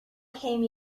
came